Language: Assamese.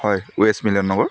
হয় ৱেষ্ট মিলন নগৰ